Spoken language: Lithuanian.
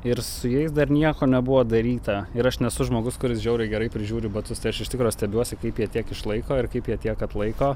ir su jais dar nieko nebuvo daryta ir aš nesu žmogus kuris žiauriai gerai prižiūri batus tai aš iš tikro stebiuosi kaip jie tiek išlaiko ir kaip jie tiek atlaiko